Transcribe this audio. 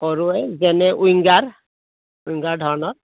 সৰুৱে যেনে winger winger ধৰণৰ